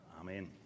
Amen